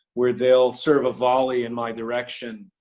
where they'll serve a volley in my direction,